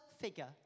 figure